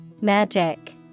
Magic